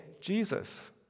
Jesus